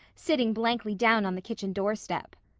sitting blankly down on the kitchen doorstep.